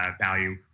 value